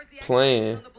playing